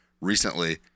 recently –